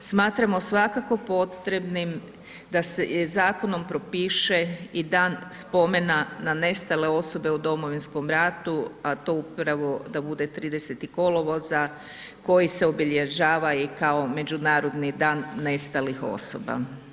Smatramo svakako potrebnim da se zakonom propiše i dan spomena na nestale osobe u Domovinskom ratu, a to upravo da bude 30. kolovoza koji se obilježava kao i Međunarodni dan nestalih osoba.